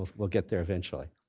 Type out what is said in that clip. we'll we'll get there eventually.